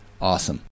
Awesome